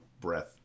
breath